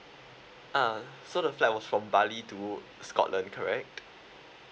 ah so the flight was from bali to scotland correct